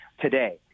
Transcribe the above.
today